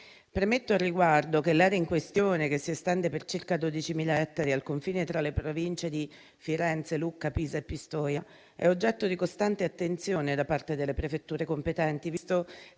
Premetto al riguardo che l'area in questione - che si estende per circa 12.000 ettari, al confine tra le Province di Firenze, Lucca, Pisa e Pistoia - è oggetto di costante attenzione da parte delle prefetture competenti,